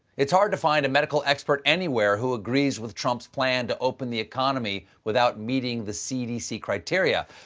it's hard to find a medical expert anywhere who agrees with trump's plan to open the economy without meeting the c d c. criteria,